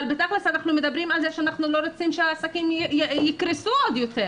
אבל תכלס אנחנו מדברים על זה שאנחנו לא רוצים שהעסקים יקרסו עוד יותר,